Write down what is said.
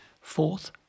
Fourth